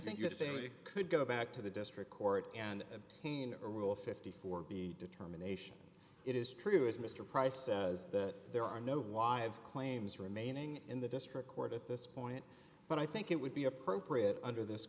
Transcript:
would could go back to the district court and obtain a rule fifty four b determination it is true as mr price says that there are no why of claims remaining in the district court at this point but i think it would be appropriate under this